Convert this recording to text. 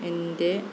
എൻ്റെ